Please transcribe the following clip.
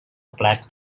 black